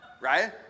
Right